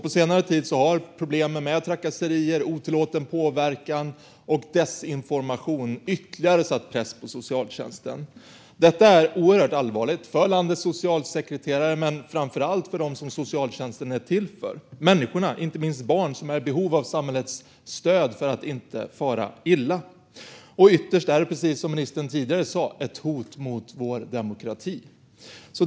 På senare tid har problemen med trakasserier, otillåten påverkan och desinformation ytterligare satt press på socialtjänsten. Detta är oerhört allvarligt för landets socialsekreterare, men framför allt för dem som socialtjänsten är till för: människorna. Det gäller inte minst barn som är i behov av samhällets stöd för att inte fara illa. Ytterst är detta, precis som ministern tidigare sa, ett hot mot vår demokrati.